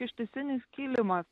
ištisinis kilimas